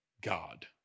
God